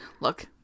look